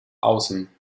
außen